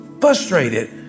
frustrated